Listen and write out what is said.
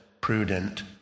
prudent